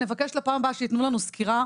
נבקש לפעם הבאה שייתנו לנו סקירה,